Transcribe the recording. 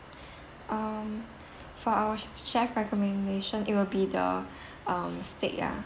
um for ours chef recommendation it will be the um steak ah